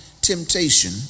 temptation